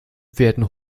werden